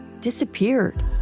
disappeared